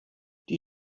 die